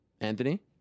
Anthony